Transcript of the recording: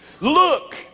Look